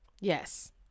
Yes